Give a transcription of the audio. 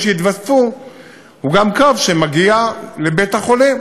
שהתווספו הוא קו שמגיע לבית-החולים,